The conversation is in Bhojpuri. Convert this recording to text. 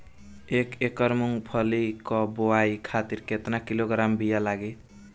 एक एकड़ मूंगफली क बोआई खातिर केतना किलोग्राम बीया लागी?